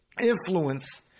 influence